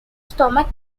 stomach